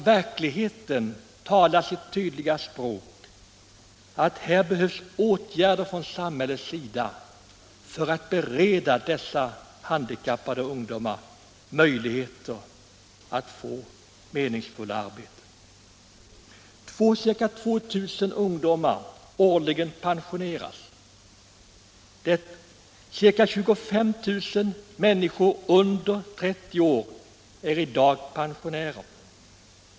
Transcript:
Verkligheten talar sitt tydliga språk. Här behövs åtgärder från samhällets sida för att bereda han dikappade ungdomar möjlighet att få meningsfulla arbeten. Varje år pen — Nr 47 sioneras cirka 2000 ungdomar. Cirka 25 000 människor under 30 år är i Torsdagen den dag pensionärer.